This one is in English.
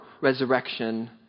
resurrection